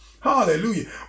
Hallelujah